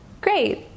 great